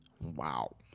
Wow